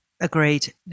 Agreed